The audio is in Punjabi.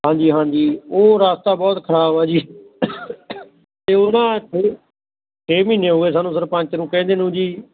ਹਾਂਜੀ ਹਾਂਜੀ ਉਹ ਰਾਸਤਾ ਬਹੁਤ ਖ਼ਰਾਬ ਆ ਜੀ ਅਤੇ ਉਹ ਨਾ ਛੇ ਮਹੀਨੇ ਹੋ ਗਏ ਸਾਨੂੰ ਸਰਪੰਚ ਨੂੰ ਕਹਿੰਦੇ ਨੂੰ ਜੀ